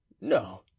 no